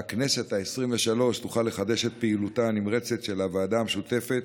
והכנסת העשרים-ושלוש תוכל לחדש את פעילותה הנמרצת של הוועדה המשותפת